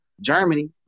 Germany